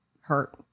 hurt